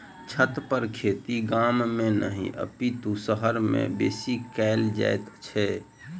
छतपर खेती गाम मे नहि अपितु शहर मे बेसी कयल जाइत छै